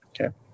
Okay